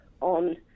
on